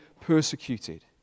persecuted